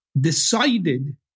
decided